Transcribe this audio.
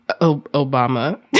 Obama